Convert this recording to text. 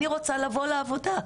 אני רוצה לבוא לעבודה.